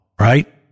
right